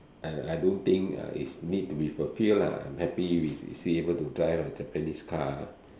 and I don't think uh is need to be fulfilled lah I'm happy with be able to drive a Japanese car